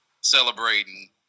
celebrating